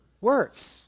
works